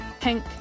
pink